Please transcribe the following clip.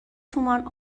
تومن